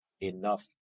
enough